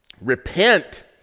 Repent